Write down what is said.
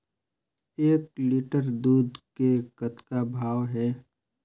एक लिटर दूध के कतका भाव हे?